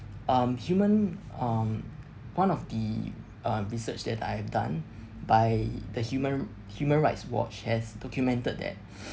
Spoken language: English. um human um one of the uh research that I've done by the human human rights watch has documented that